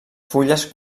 fulles